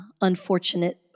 unfortunate